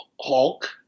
Hulk